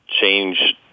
change